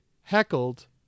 heckled